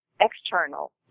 external